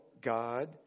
God